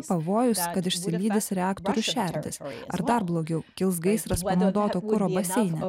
pavojus kad išsilydys reaktorių šerdys ar dar blogiau kils gaisras panaudoto kuro baseine